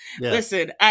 listen